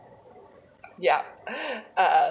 ya err